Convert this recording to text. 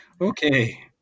Okay